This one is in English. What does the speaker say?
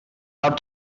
out